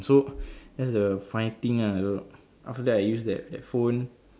so that's the funny thing ah so after that I use that that phone